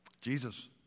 Jesus